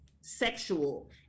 sexual